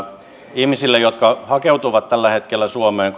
ihmisille jotka hakeutuvat tällä hetkellä suomeen